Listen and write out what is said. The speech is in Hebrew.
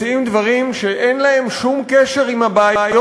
מציעים דברים שאין להם שום קשר עם הבעיות